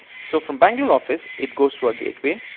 so from bangalore office it goes through our gateway.